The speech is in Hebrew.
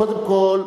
קודם כול,